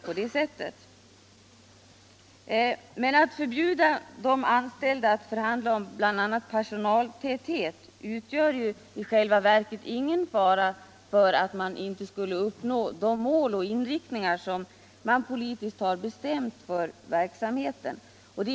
Men att man förhandlar med de anställda om bl.a. personaltäthet utgör ju ingen fara för att man inte skulle uppnå de mål som politiskt har bestämts för verksamheten.